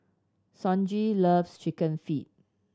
Sonji loves Chicken Feet